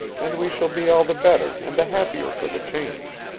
and we shall be all the better and the happier for the change.